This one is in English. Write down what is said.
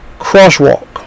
crosswalk